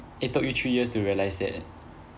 it took you three years to realise that